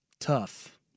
Tough